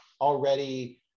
already